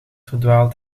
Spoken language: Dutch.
verdwaalt